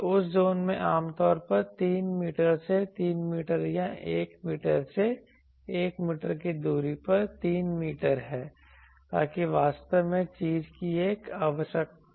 तो उस जोन में आमतौर पर 3 मीटर से 3 मीटर या 1 मीटर से 1 मीटर की दूरी पर 3 मीटर है ताकि वास्तव में चीज की एक विशेषता हो